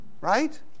right